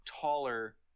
taller